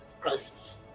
crisis